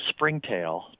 springtail